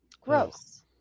gross